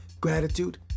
gratitude